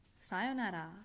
Sayonara